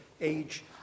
age